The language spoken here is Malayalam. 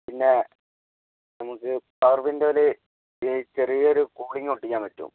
പിന്നെ നമുക്ക് പവർ വിൻഡോയിൽ ഈ ചെറിയ ഒരു കൂളിങ്ങ് ഒട്ടിക്കാൻ പറ്റും